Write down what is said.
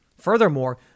Furthermore